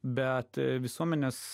bet visuomenės